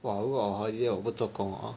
!wah! 如果我 holiday 我不做工 hor